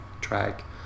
track